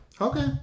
Okay